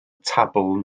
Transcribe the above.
tabl